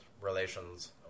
relations